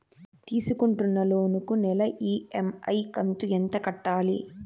తీసుకుంటున్న లోను కు నెల ఇ.ఎం.ఐ కంతు ఎంత కట్టాలి?